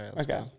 Okay